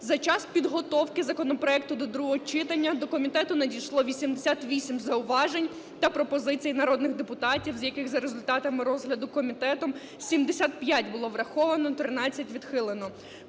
За час підготовки законопроекту до другого читання до комітету надійшло 88 зауважень та пропозицій народних депутатів, з яких за результатом розгляду комітетом 75 було враховано, 13 відхилено.